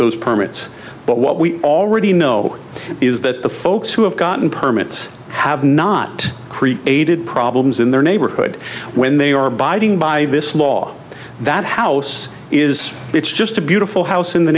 those permits but what we already know is that the folks who have gotten permits have not created problems in their neighborhood when they are biding by this law that house is it's just a beautiful house in the